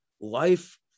life